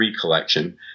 collection